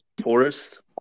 forest